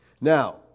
Now